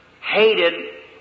hated